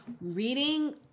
reading